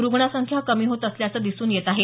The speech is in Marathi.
रुग्णसंख्या कमी होत असल्याचं दिसून येत आहे